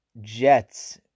Jets